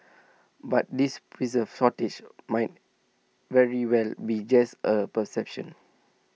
but this preserve shortage might very well be just A perception